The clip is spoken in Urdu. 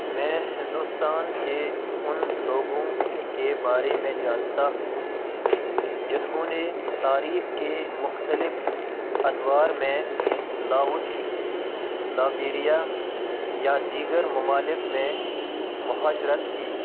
میں ہندوستان کے ان لوگوں کے بارے میں جانتا ہوں جنہوں نے تاریخ کے مختلف ادوار میں لاؤس لابیریا یا دیگر ممالک میں مہاجرت کی